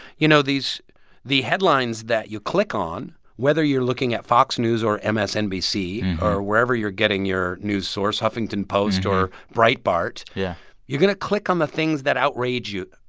you know, these the headlines that you click on, whether you're looking at fox news or msnbc or wherever you're getting your news source huffington post or breitbart yeah you're going to click on the things that outrage you,